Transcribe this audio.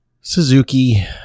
Suzuki